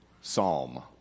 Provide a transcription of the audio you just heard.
psalm